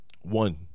one